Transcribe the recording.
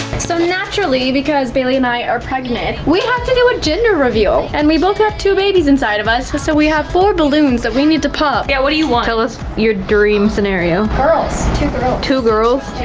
so naturally because bailey and i are pregnant, we have to do a gender reveal. and we both have two babies inside of us, so we have four balloons that we need to pop. yeah what do you want? tell us your dream scenario. girls, two girls. two girls? okay,